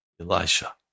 Elisha